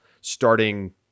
starting